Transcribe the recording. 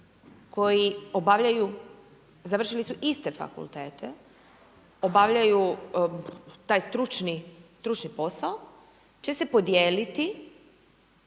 koji obavljaju završili su iste fakultete obavljaju taj stručni posao, će se podijeliti